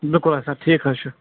بِلکُل حظ سَر ٹھیٖک حظ چھُ